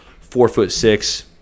four-foot-six